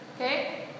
Okay